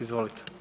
Izvolite.